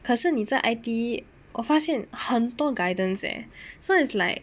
可是你在 I_T_E 我发现很多 guidance leh so it's like